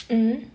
mmhmm